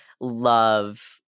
love